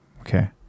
Okay